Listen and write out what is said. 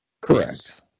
Correct